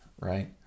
Right